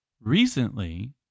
recently